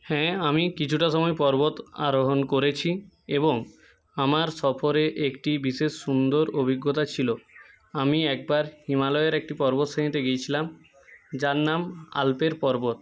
হ্যাঁ আমি কিছুটা সময় পর্বত আরোহণ করেছি এবং আমার সফরে একটি বিশেষ সুন্দর অভিজ্ঞতা ছিল আমি একবার হিমালয়ের একটি পর্বতশ্রেণিতে গিয়েছিলাম যার নাম আল্পের পর্বত